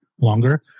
longer